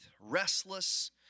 restless